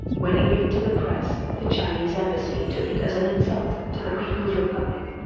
when it leaked to the press, the chinese embassy took it as an insult to the people's republic.